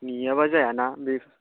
नेयाबा जायाना बे